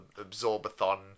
absorbathon